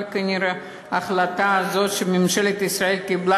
אבל כנראה ההחלטה הזאת שממשלת ישראל קיבלה